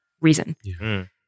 reason